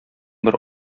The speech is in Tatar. бер